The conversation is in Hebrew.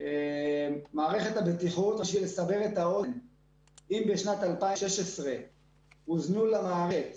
מערכת הבטיחות, אם בשנת 2016 הוזנו למערכת